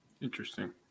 Interesting